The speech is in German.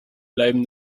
bleiben